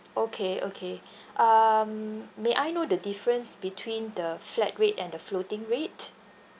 okay okay um may I know the difference between the flat rate and the floating rate